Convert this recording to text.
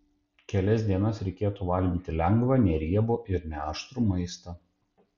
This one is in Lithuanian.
kelias dienas reikėtų valgyti lengvą neriebų ir neaštrų maistą